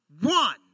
One